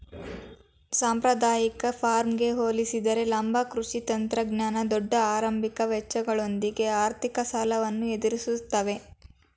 ಸಾಂಪ್ರದಾಯಿಕ ಫಾರ್ಮ್ಗೆ ಹೋಲಿಸಿದರೆ ಲಂಬ ಕೃಷಿ ತಂತ್ರಜ್ಞಾನ ದೊಡ್ಡ ಆರಂಭಿಕ ವೆಚ್ಚಗಳೊಂದಿಗೆ ಆರ್ಥಿಕ ಸವಾಲನ್ನು ಎದುರಿಸ್ತವೆ